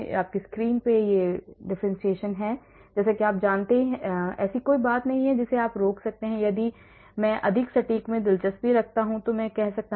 U k1 - U k ऐसी कोई बात नहीं है जिसे आप रोक सकते हैं या यदि मैं अधिक सटीक में दिलचस्पी रखता हूं तो मैं कह सकता हूं